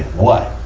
what?